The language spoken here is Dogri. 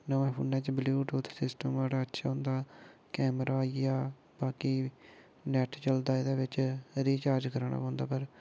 नमें फोनै च ब्लुटुथ सिस्टम बड़ा अच्छा होंदा कैमरा होइया बाकी नेट चलदा एह्दे बिच रिचार्ज कराना पौंदा पर